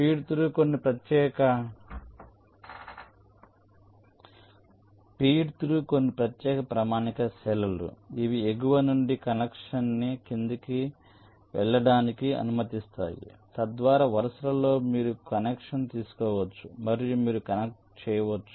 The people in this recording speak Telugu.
ఫీడ్ త్రూ కొన్ని ప్రత్యేక ప్రామాణిక కణాలు ఇవి ఎగువ నుండి కనెక్షన్ని కిందికి వెళ్ళడానికి అనుమతిస్తాయి తద్వారా వరుసలలో మీరు కనెక్షన్ తీసుకోవచ్చు మరియు మీరు కనెక్ట్ చేయవచ్చు